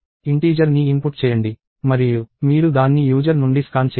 integer ని input చేయండి మరియు మీరు దాన్ని యూజర్ నుండి స్కాన్ చేయండి